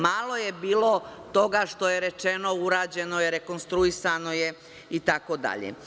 Malo je bilo toga što je rečeno – urađeno je, rekonstruisano itd.